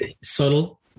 Subtle